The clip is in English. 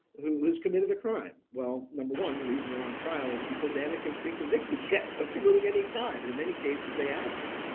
who's committed a crime. well, number one, the reason they're on trial is because they haven't been convicted yet of committing any crime and in many cases they have it.